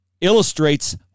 Illustrates